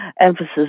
emphasis